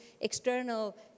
external